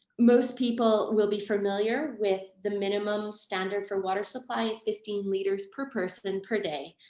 most people will be familiar with, the minimum standard for water supply is fifteen litres per person per day,